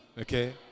Okay